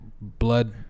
blood